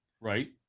right